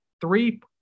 three –